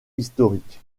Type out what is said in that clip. historique